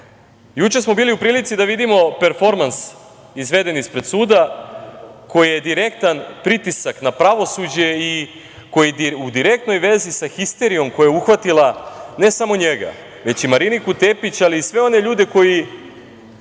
smo bili u prilici da vidimo performans izveden ispred suda koji je direktan pritisak na pravosuđe i koji je u direktnoj vezi sa histerijom koja je uhvatila ne samo njega, već i Mariniku Tepić, ali i sve one ljude koji